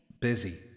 Busy